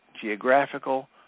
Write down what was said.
geographical